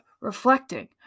reflecting